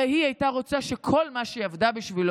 הרי היא הייתה רוצה שכל מה שעבדה בשבילו